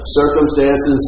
circumstances